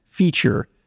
feature